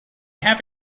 have